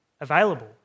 available